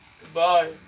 Goodbye